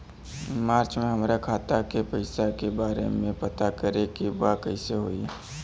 मार्च में हमरा खाता के पैसा के बारे में पता करे के बा कइसे होई?